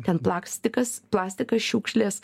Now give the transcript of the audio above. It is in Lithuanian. ten plakstikas plastikas šiukšlės